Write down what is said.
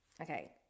Okay